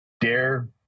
Dare